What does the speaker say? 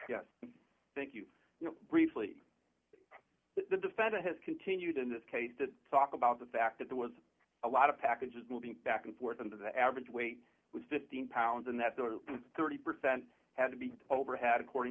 yes thank you briefly the defendant has continued in this case to talk about the fact that there was a lot of packages moving back and forth and that the average wait was fifteen pounds and that the thirty percent had to be overhead according